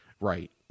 right